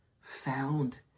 found